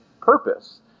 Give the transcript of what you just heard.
purpose